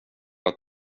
att